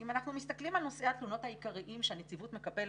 אם אנחנו מסתכלים על נושאי התלונות העיקריים שהנציבות מקבלת,